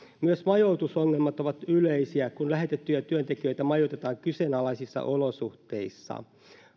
myös majoitusongelmat ovat yleisiä kun lähetettyjä työntekijöitä majoitetaan kyseenalaisissa olosuhteissa